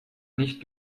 nicht